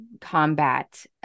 combat